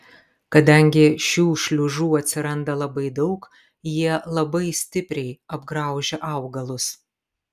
kadangi šių šliužų atsiranda labai daug jie labai stipriai apgraužia augalus